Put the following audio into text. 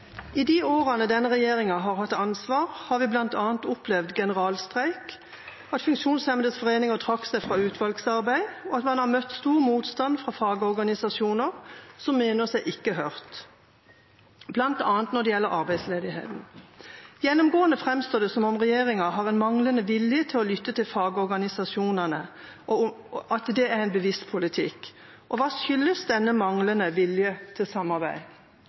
de årene denne regjeringen har hatt ansvar, har vi blant annet opplevd generalstreik, at funksjonshemmedes foreninger trakk seg fra utvalgsarbeid, og at man har møtt på stor motstand fra fagorganisasjoner som mener seg ikke hørt, blant annet når det gjelder arbeidsledigheten. Gjennomgående fremstår det som om regjeringen har en manglende vilje til å lytte til fagorganisasjonene er bevisst politikk. Hva skyldes denne manglende vilje til samarbeid?»